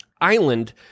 island